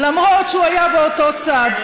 את אורי אריאל, למרות שהוא היה באותו צד.